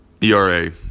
ERA